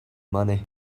money